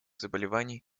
заболеваний